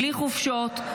בלי חופשות,